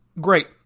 great